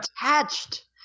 attached